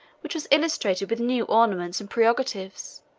which was illustrated with new ornaments, and prerogatives,